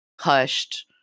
hushed